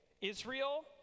Israel